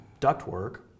ductwork